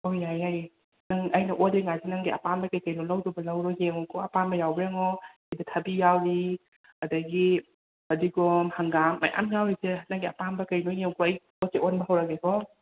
ꯑꯣ ꯌꯥꯏꯌꯦ ꯌꯥꯏꯌꯦ ꯅꯪ ꯑꯩꯅ ꯑꯣꯜꯂꯤꯉꯩꯗ ꯅꯪꯒꯤ ꯑꯄꯥꯝꯕ ꯀꯩ ꯀꯩꯅꯣ ꯂꯧꯗꯧꯕ ꯂꯧꯔꯣ ꯌꯦꯡꯉꯣꯀꯣ ꯑꯄꯥꯝꯕ ꯌꯥꯎꯕ꯭ꯔꯉꯣ ꯑꯁꯤꯗ ꯊꯕꯤ ꯌꯥꯎꯔꯤ ꯑꯗꯒꯤ ꯐꯗꯤꯒꯣꯝ ꯍꯪꯒꯥꯝ ꯃꯌꯥꯝ ꯌꯥꯎꯔꯤꯁꯦ ꯅꯪꯒꯤ ꯑꯄꯥꯝꯕ ꯀꯩꯅꯣ ꯌꯦꯡꯉꯣꯀꯣ ꯑꯩ ꯄꯣꯠ ꯆꯩ ꯑꯣꯟꯕ ꯍꯧꯔꯒꯦꯀꯣ